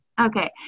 Okay